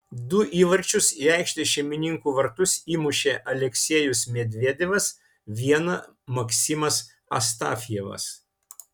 du įvarčius į aikštės šeimininkų vartus įmušė aleksejus medvedevas vieną maksimas astafjevas